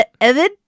Evan